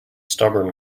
stubborn